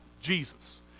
Jesus